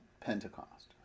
Pentecost